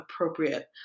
appropriate